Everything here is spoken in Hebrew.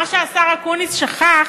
מה שהשר אקוניס שכח,